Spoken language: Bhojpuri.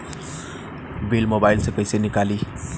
बिल मोबाइल से कईसे निकाली?